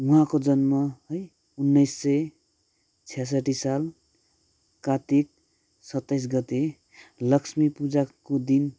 उहाँको जन्म है उन्नाइस सय छ्यासट्ठी साल कार्तिक सताइस गते लक्ष्मी पुजाको दिन